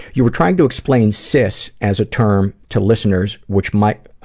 you were trying to explain sis as a term to listeners, which might, ah,